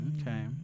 Okay